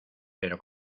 pero